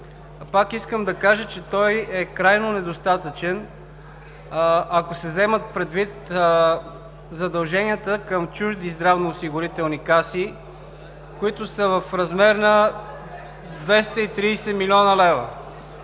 Пак ще кажа, че той е крайно недостатъчен, ако се вземат предвид задълженията към чужди здравноосигурителни каси, които са в размер на 230 млн. лв.